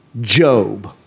Job